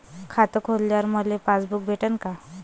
खातं खोलल्यावर मले पासबुक भेटन का?